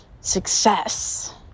success